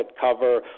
cover